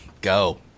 Go